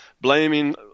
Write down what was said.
blaming